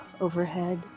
overhead